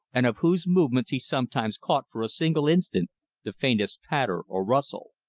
and of whose movements he sometimes caught for a single instant the faintest patter or rustle.